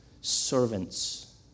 servants